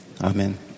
Amen